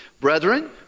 Brethren